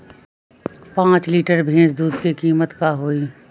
पाँच लीटर भेस दूध के कीमत का होई?